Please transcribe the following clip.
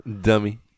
dummy